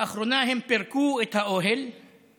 לאחרונה הם פירקו את האוהל (אומר בערבית: